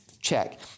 check